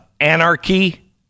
anarchy